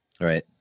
Right